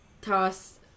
toss